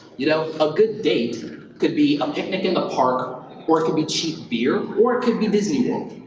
you know a good date could be a picnic in the park or it could be cheap beer or it could be disney world.